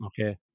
Okay